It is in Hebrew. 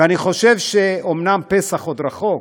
ואני חושב, אומנם פסח עוד רחוק,